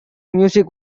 music